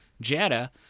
jetta